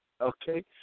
okay